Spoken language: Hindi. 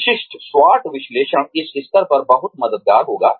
विशिष्ट स्वोट विश्लेषण इस स्तर पर बहुत मददगार होगा